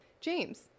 James